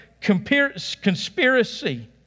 conspiracy